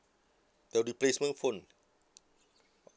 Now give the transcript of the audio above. the replacement phone